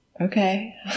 Okay